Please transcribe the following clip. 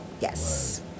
yes